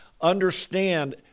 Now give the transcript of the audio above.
understand